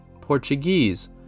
Portuguese